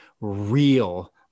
real